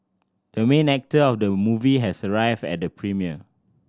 the main actor of the movie has arrived at the premiere